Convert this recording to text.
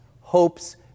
hopes